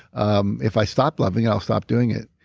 um if i stop loving it, i'll stop doing it.